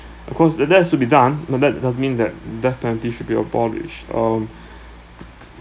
of course that that should be done now that doesn't mean that death penalty should be abolished um